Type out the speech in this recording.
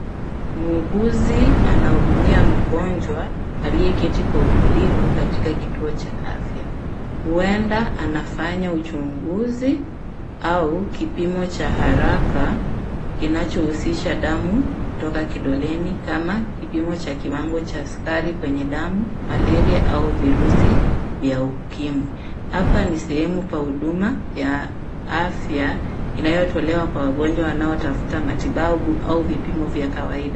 Muuguzi anahudumia mgonjwa aliyeketi kwa utulivu katika kituo cha afya. Huenda anafanya uchunguzi au kipimo cha haraka kinachohusisha damu kutoka kidoleni kama kipimo cha kiwango cha sukari kwenye damu ,malaria au virusi vya ukimwi. Hapa ni sehemu pa huduma ya afya inayotolewa kwa wagonjwa wanaotafuta matibabu au vipimo vya kawaida.